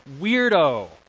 weirdo